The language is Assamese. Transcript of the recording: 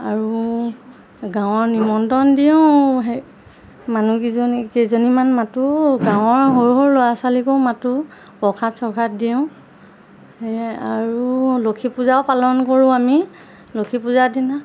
আৰু গাঁৱৰ নিমন্ত্ৰণ দিওঁ সেই মানুহকেইজনী কেইজনীমান মাতোঁ গাঁৱৰ সৰু সৰু ল'ৰা ছোৱালীকো মাতো প্ৰসাদ চখাত দিওঁ সেয়ে আৰু লক্ষী পূজাও পালন কৰোঁ আমি লক্ষী পূজাৰ দিনা